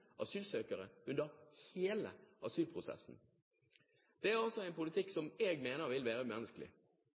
asylsøkere under hele asylprosessen. Det er en politikk som jeg mener vil være